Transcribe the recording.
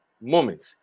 moments